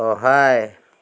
সহায়